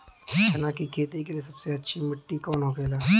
चना की खेती के लिए सबसे अच्छी मिट्टी कौन होखे ला?